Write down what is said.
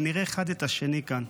ונראה אחד את השני כאן.